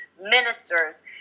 ministers